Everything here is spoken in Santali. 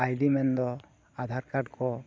ᱢᱮᱱᱫᱚ ᱠᱚ